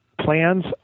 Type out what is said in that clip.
Plans